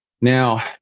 Now